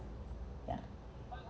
yeah